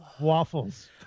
waffles